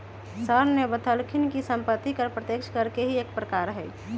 sir ने बतल खिन कि सम्पत्ति कर प्रत्यक्ष कर के ही एक प्रकार हई